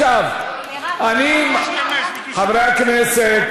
חברי הכנסת,